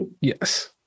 Yes